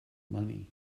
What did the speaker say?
money